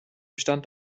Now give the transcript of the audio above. stand